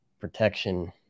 protection